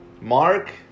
Mark